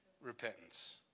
repentance